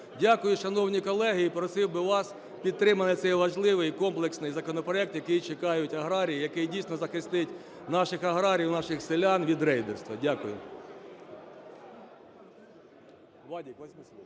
Дякую, шановні колеги. І просив би вас підтримати цей важливий, комплексний законопроект, який чекають аграрії, який дійсно захистить наших аграріїв, наших селян від рейдерства. Дякую.